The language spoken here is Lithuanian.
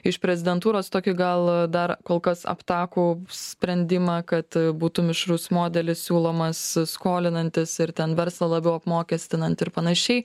iš prezidentūros tokį gal dar kol kas aptakų sprendimą kad būtų mišrus modelis siūlomas skolinantis ir ten verslą labiau apmokestinant ir panašiai